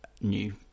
new